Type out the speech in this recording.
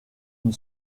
une